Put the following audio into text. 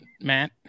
Matt